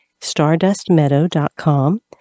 stardustmeadow.com